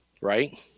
right